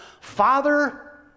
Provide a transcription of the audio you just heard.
Father